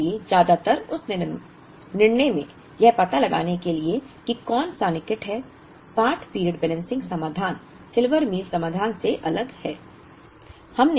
इसलिए ज्यादातर उस निर्णय में यह पता लगाने के लिए कि कौन सा निकट है पार्ट पीरियड बैलेंसिंग समाधान सिल्वर मील समाधान से अलग है